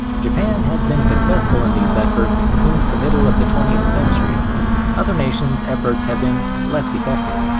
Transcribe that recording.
japan has been successful in these efforts since the middle of the twentieth century other nations' efforts have been less effective.